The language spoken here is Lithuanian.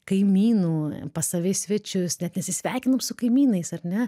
kaimynų pas save į svečius net nesisveikinam su kaimynais ar ne